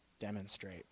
demonstrate